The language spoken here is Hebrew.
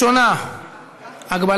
חבר